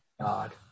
God